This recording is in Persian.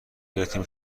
گرفتیم